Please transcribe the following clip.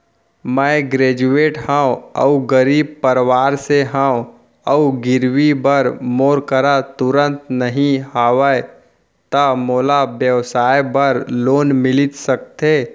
मैं ग्रेजुएट हव अऊ गरीब परवार से हव अऊ गिरवी बर मोर करा तुरंत नहीं हवय त मोला व्यवसाय बर लोन मिलिस सकथे?